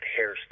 hairstyle